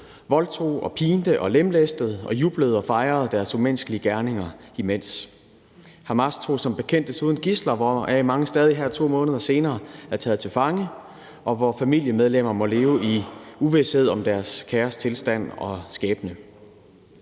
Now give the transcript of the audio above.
voldtog og pinte og lemlæstede og jublede og fejrede deres umenneskelige gerninger imens. Hamas tog som bekendt desuden gidsler, hvoraf mange stadig her 2 måneder senere er taget til fange, og hvis familiemedlemmer må leve i uvished om deres kæres tilstand og skæbne.